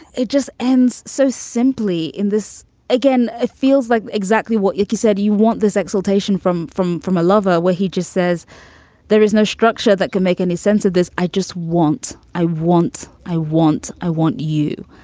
it just ends. so simply in this again, it feels like exactly what like you said you you want this exhortation from from from a lover where he just says there is no structure that can make any sense of this. i just want i want i want i want you.